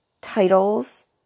titles